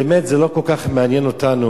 באמת זה לא כל כך מעניין אותנו.